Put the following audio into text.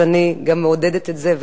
אני גם מעודדת את זה,